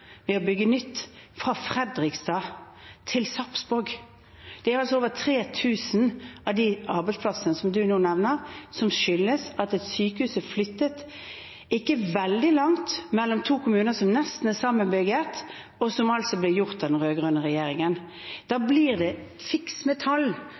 ved å bygge nytt, fra Fredrikstad til Sarpsborg. Over 3 000 av de arbeidsplassene som representanten nå nevner, skyldes at et sykehus er flyttet, ikke veldig langt, men mellom to kommuner som nesten er sammenbygget, noe som altså ble gjort av den rød-grønne regjeringen. Da blir det fiksing med tall